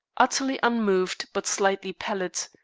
utterly unmoved, but slightly pallid.